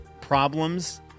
problems